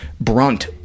brunt